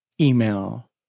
email